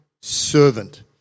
servant